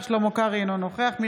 אינו נוכח שלמה קרעי,